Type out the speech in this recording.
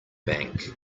bank